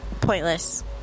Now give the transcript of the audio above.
pointless